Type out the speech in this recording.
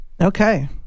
Okay